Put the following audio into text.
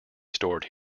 stored